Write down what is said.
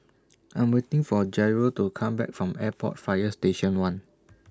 I Am waiting For Jairo to Come Back from Airport Fire Station one